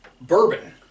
Bourbon